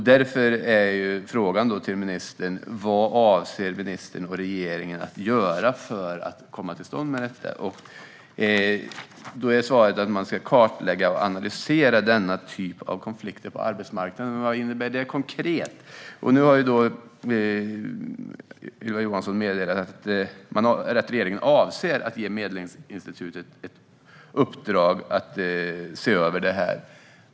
Därför är frågan till ministern: Vad avser ministern att göra för att komma till rätta med detta? I interpellationssvaret säger hon att man ska "kartlägga och analysera denna typ av konflikter på arbetsmarknaden". Vad innebär det konkret? Nu har Ylva Johansson meddelat att regeringen avser att ge Medlingsinstitutet i uppdrag att se över det här.